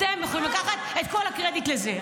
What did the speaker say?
אתם יכולים לקחת את כל הקרדיט לזה.